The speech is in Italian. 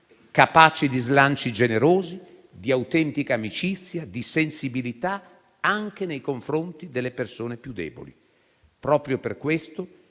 capaci di slanci generosi, di autentica amicizia, di sensibilità anche nei confronti delle persone più deboli. Proprio per questo